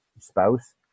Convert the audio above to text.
spouse